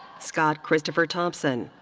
scott christopher thompson.